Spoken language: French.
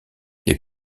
les